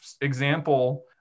example